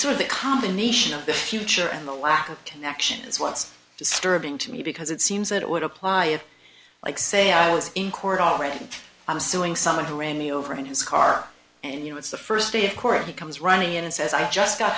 really a combination of the future and the lack of connection is what's disturbing to me because it seems that it would apply like say i was in court all right i'm suing someone who ran me over in his car and you know it's the st day of korra he comes running in and says i just got